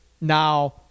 Now-